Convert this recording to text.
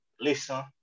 listen